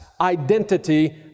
Identity